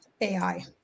AI